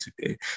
today